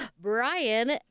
Brian